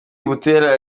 butera